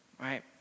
right